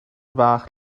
fach